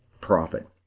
profit